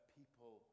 people